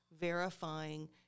verifying